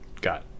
got